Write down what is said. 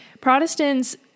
Protestants